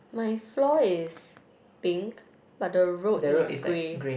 my floor is pink but the road is grey